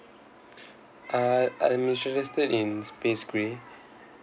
uh I'm interested in space grey